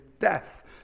death